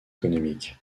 économiques